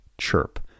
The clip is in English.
CHIRP